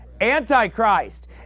Antichrist